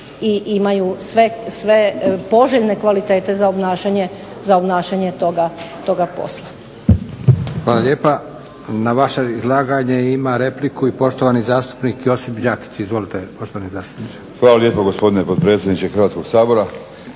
imaju sve poželjne kvalitete za obnašanje toga posla. **Leko, Josip (SDP)** Hvala lijepa. Na vaše izlaganje ima repliku i poštovani zastupnik Josip Đakić. Izvolite, poštovani zastupniče. **Đakić, Josip (HDZ)** Hvala lijepo gospodine potpredsjedniče Hrvatskog sabora.